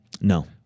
No